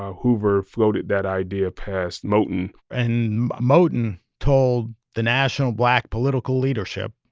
ah hoover floated that idea past moton and moton told the national black political leadership